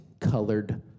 colored